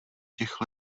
těch